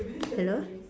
hello